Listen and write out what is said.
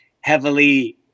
heavily